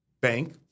bank